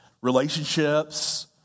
relationships